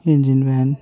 engine van